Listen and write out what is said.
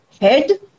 head